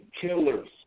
killers